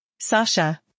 Sasha